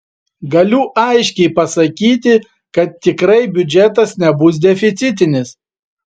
galiu aiškiai pasakyti kad tikrai biudžetas nebus deficitinis